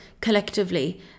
collectively